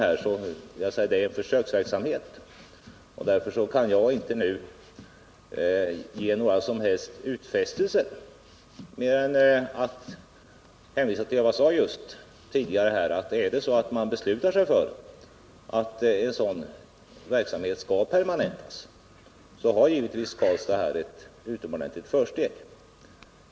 Det rör sig här om en försöksverksamhet, och därför kan jag inte nu ge några som helst utfästelser utan bara hänvisa till vad jag sade tidigare, nämligen att om det är så att man beslutar sig för att verksamheten skall permanentas, så har givetvis Karlstad ett utomordentligt försteg.